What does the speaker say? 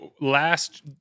last